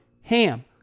HAM